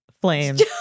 flames